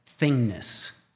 thingness